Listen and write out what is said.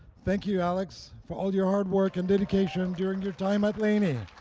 thank you, alex, for all your hard work and dedication um during your time at laney.